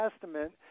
Testament